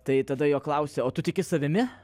tai tada jo klausi o tu tiki savimi